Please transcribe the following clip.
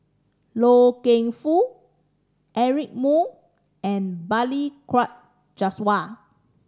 Loy Keng Foo Eric Moo and Balli Kaur Jaswal